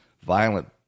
violent